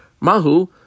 Mahu